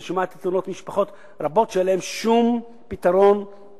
אני שומע את התלונות ממשפחות רבות שאין להן שום פתרון בטווח,